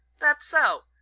that so?